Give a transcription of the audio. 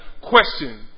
question